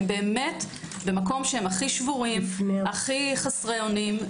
הם הכי שבורים, הכי חסרי אונים.